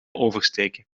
oversteken